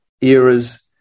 eras